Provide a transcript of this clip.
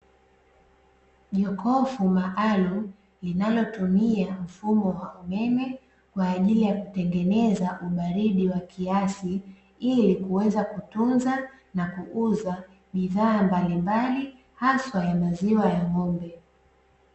Jokofu maalumu linalotumia mfumo wa umeme kwa ajili ya kutengeneza ubaridi wa kiasi ili kuweza kutunza na kuuza bidhaa mbalimbali hasa ya maziwa ya ng’mobe.